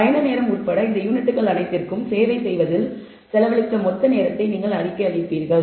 பயண நேரம் உட்பட இந்த யூனிட்கள் அனைத்திற்கும் சேவை செய்வதில் செலவழித்த மொத்த நேரத்தை நீங்கள் அறிக்கை அளிப்பீர்கள்